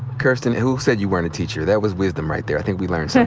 kirsten, who said you weren't a teacher? that was wisdom right there. i think we learned so